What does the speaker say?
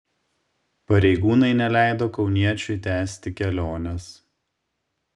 pareigūnai neleido kauniečiui tęsti kelionės